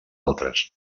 altres